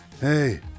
Hey